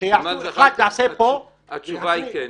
שאחד עשה פה והשני שם -- התשובה היא כן.